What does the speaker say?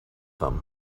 them